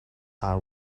are